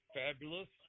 fabulous